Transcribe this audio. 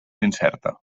incerta